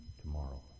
tomorrow